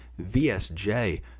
VSJ